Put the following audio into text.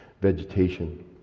vegetation